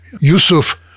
Yusuf